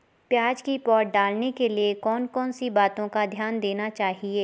प्याज़ की पौध डालने के लिए कौन कौन सी बातों का ध्यान देना चाहिए?